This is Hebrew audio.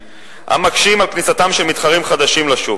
המקשים את כניסתם של מתחרים חדשים לשוק,